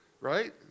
right